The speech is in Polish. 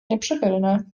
nieprzychylny